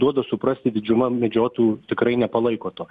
duoda suprasti didžiuma medžiotojų tikrai nepalaiko to